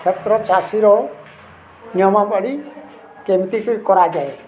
କ୍ଷେତ୍ର ଚାଷୀର ନିୟମ ପଢ଼ି କେମିତିକି କରାଯାଏ